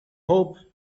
hope